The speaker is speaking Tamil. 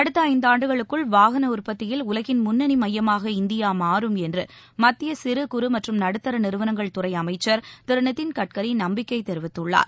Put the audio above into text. அடுத்த இந்தாண்டுகளுக்குள் வாகன உற்பத்தியில் உலகின் முன்னணி மையமாக இந்தியா மாறும் என்று மத்திய சிறு குறு மற்றும் நடுத்தர நிறுவனங்கள் துறை அமைச்சர் திரு நிதின் கட்கரி நம்பிக்கை தெரிவித்துள்ளார்